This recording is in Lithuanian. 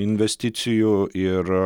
investicijų ir